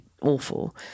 awful